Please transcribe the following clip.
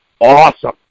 awesome